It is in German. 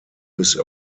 bis